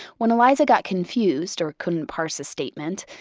when eliza got confused or couldn't parse a statement,